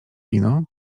wino